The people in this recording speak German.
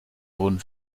wurden